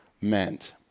meant